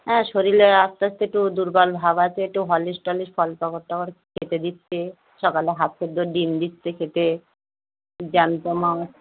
হ্যাঁ শরীরে আস্তে আস্তে একটু দুর্বল ভাব আছে একটু হরলিক্স টরলিক্স ফল পাকড় টাকড় খেতে দিচ্ছে সকালে হাফ সেদ্ধ ডিম দিচ্ছে খেতে জ্যান্ত মাছ